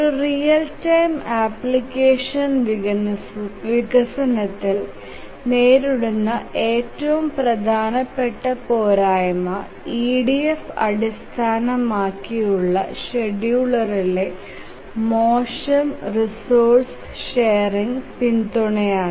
ഒരു real time application വികസനത്തിൽ നേരിടുന്ന ഏറ്റവും പ്രധാനപ്പെട്ട പോരായ്മ EDF അടിസ്ഥാനമാക്കിയുള്ള ഷെഡ്യൂളറിലെ മോശം റിസോഴ്സ് ഷെറിങ് പിന്തുണയാണ്